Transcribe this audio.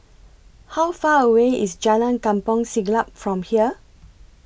How Far away IS Jalan Kampong Siglap from here